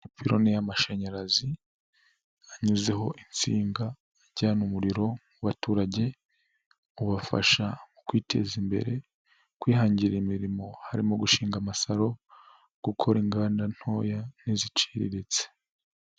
Ipiloni y'amashanyarazi anyuzeho insinga ijyana umuriro mu baturage ubafasha mu kwiteza imbere, kwihangira imirimo, harimo gushinga amasalo, gukora inganda ntoya n'iziciriritse.